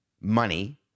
money